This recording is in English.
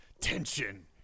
tension